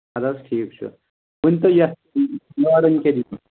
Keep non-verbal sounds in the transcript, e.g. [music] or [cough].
اَدٕ حظ ٹھیٖک چھُ ؤنۍتو یَتھ [unintelligible] لٲرَن کیٛاہ [unintelligible]